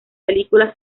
película